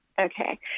Okay